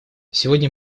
сегодня